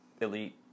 Elite